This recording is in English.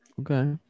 Okay